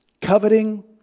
coveting